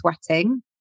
sweating